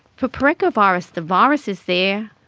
for parechovirus, the virus is there,